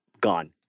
gone